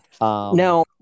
Now